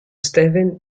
stephen